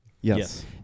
Yes